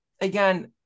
again